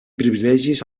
privilegis